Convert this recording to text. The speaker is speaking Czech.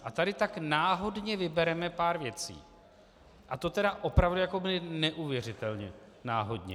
A tady tak náhodně vybereme pár věcí, a to tedy jakoby neuvěřitelně náhodně.